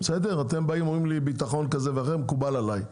אתם באים ואומרים לי בטחון כזה ואחר מקובל עלי,